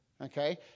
Okay